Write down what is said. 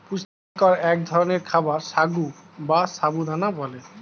পুষ্টিকর এক ধরনের খাবার সাগু বা সাবু দানা বলে